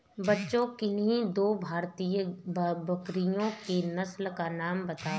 बच्चों किन्ही दो भारतीय बकरियों की नस्ल का नाम बताओ?